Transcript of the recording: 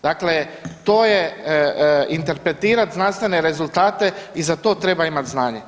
Dakle, to je interpretirati znanstvene rezultate, i za to treba imat znanje.